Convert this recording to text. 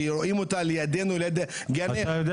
שרואים אותה לידנו --- אתה יודע